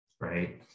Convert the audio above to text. right